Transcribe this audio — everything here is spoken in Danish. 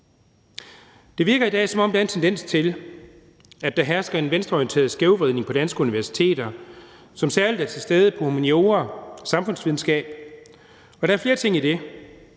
Det virker i dag, som om der er en tendens til, at der hersker en venstreorienteret skævvridning på danske universiteter, som særlig er til stede på humaniora og samfundsvidenskab. Og der er flere ting i det: